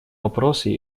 вопросы